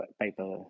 paper